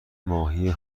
ماهی